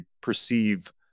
perceive